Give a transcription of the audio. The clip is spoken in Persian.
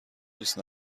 دوست